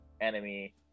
enemy